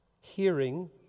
hearing